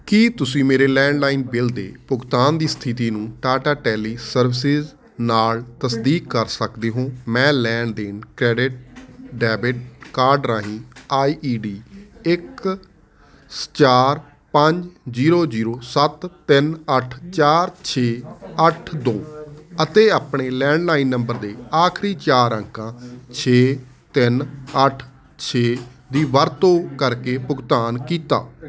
ਕੀ ਤੁਸੀਂ ਮੇਰੇ landline bill ਦੇ ਭੁਗਤਾਨ ਦੀ ਸਥਿਤੀ ਨੂੰ ਟਾਟਾ ਟੈਲੀਸਰਵਿਸਿਜ਼ ਨਾਲ ਤਸਦੀਕ ਕਰ ਸਕਦੇ ਹੋ ਮੈਂ ਲੈਣ ਦੇਣ ਕ੍ਰੈਡਿਟ ਡੈਬਿਟ ਕਾਰਡ ਰਾਹੀਂ ਆਈ ਈ ਡੀ ਇੱਕ ਸ ਚਾਰ ਪੰਜ ਜੀਰੋ ਜੀਰੋ ਸੱਤ ਤਿੰਨ ਅੱਠ ਚਾਰ ਛੇ ਅੱਠ ਦੋ ਅਤੇ ਆਪਣੇ ਲੈਂਡਲਾਈਨ ਨੰਬਰ ਦੇ ਆਖਰੀ ਚਾਰ ਅੰਕਾਂ ਛੇ ਤਿੰਨ ਅੱਠ ਛੇ ਦੀ ਵਰਤੋਂ ਕਰਕੇ ਭੁਗਤਾਨ ਕੀਤਾ